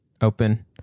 open